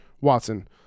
Watson